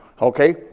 Okay